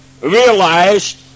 realized